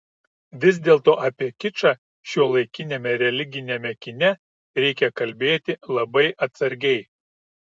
vis dėlto apie kičą šiuolaikiniame religiniame kine reikia kalbėti labai atsargiai